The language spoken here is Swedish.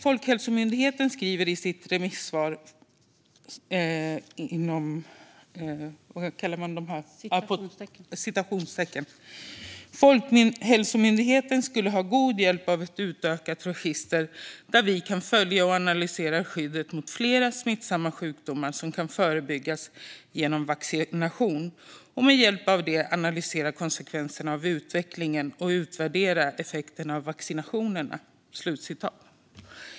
Folkhälsomyndigheten skriver i sitt remissvar: "Folkhälsomyndigheten skulle ha god hjälp av ett utökat register där vi kan följa och analysera skyddet mot flera smittsamma sjukdomar som kan förebyggas genom vaccination, och med hjälp av det analysera konsekvenserna av utvecklingen och utvärdera effekterna av vaccinationer."